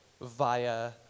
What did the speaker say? via